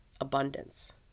abundance